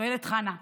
שואלת חנה: